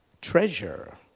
treasure